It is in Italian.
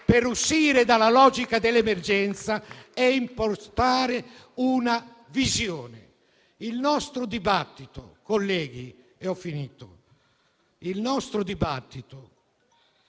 a uscire dalla logica dell'emergenza e impostare una visione. Il nostro dibattito, colleghi, infine,